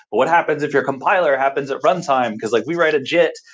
but what happens if your compiler happens at runtime? because like we write a jit,